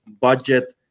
budget